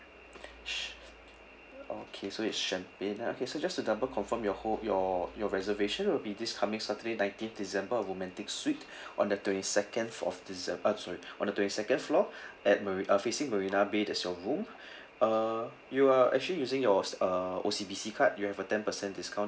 ch~ okay so it's champagne ah okay so just to double confirm your whole your your reservation will be this coming saturday nineteenth december a romantic suite on the twenty second of decem~ uh sorry on the twenty second floor at mari~ uh facing marina bay that's your room uh you are actually using your s~ uh O_C_B_C card you have a ten percent discount